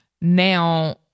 now